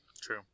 True